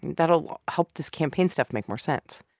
that'll help this campaign staff make more sense